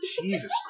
Jesus